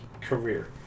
career